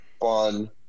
fun